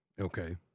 Okay